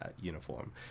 uniform